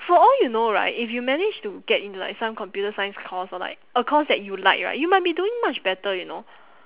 for all you know right if you managed to get into like some computer science course or like a course that you like right you might doing much better you know